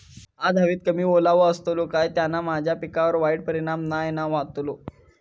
आज हवेत कमी ओलावो असतलो काय त्याना माझ्या पिकावर वाईट परिणाम नाय ना व्हतलो?